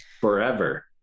Forever